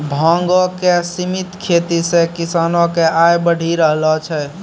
भांगो के सिमित खेती से किसानो के आय बढ़ी रहलो छै